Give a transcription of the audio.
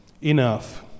Enough